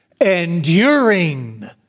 Enduring